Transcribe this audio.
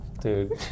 Dude